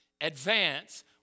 Advance